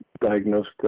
diagnosed